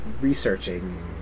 researching